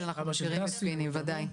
כן אנחנו מכירים את פיני, בוודאי.